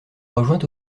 rejointe